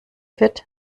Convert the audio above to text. wirt